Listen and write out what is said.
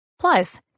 Plus